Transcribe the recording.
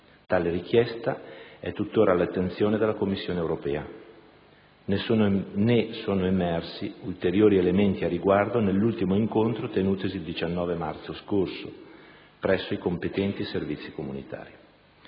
Tale richiesta è tuttora all'attenzione della Commissione europea, né sono emersi ulteriori elementi a riguardo nell'ultimo incontro tenutosi il 19 marzo scorso presso i competenti servizi comunitari.